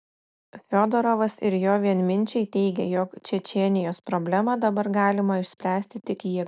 fiodorovas ir jo vienminčiai teigia jog čečėnijos problemą dabar galima išspręsti tik jėga